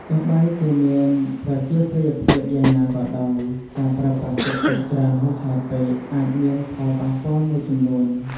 ទោះបីជាមានប្រជាប្រិយភាពយ៉ាងណាក៏ដោយ ការប្រើប្រាស់តិកតុកច្រើនហួសហេតុពេកអាចមានផលប៉ះពាល់មួយចំនួន។